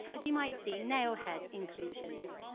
is you might see nail-head inclusions.